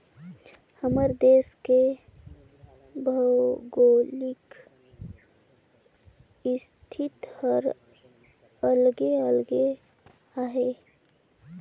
हमर देस के भउगोलिक इस्थिति हर अलगे अलगे अहे